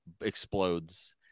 explodes